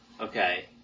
Okay